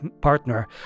partner